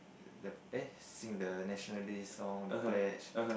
the eh sing the National Day Song the pledge